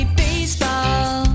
baseball